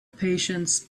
patience